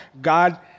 God